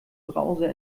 browser